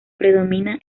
predomina